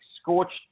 Scorched